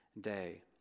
day